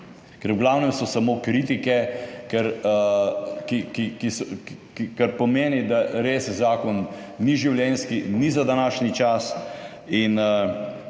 so v glavnem samo kritike, kar pomeni, da zakon res ni življenjski, ni za današnji čas.